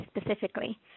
specifically